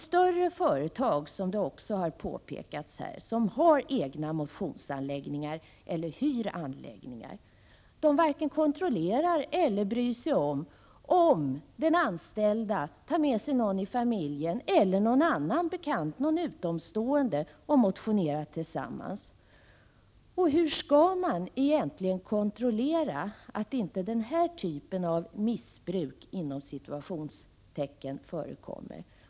Större företag, som har egna motionsanläggningar eller hyr anläggningar, varken kontrollerar eller bryr sig om, om den anställde tar med någon i familjen eller någon utomstående bekant och motionerar tillsammans. Hur skall man egentligen kontrollera att inte den här typen av ”missbruk” förekommer?